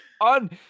on